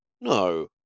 no